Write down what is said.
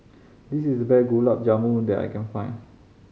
this is the best Gulab Jamun that I can find